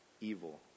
evil